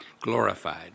glorified